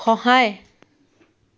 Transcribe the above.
সহায়